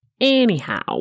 Anyhow